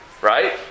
right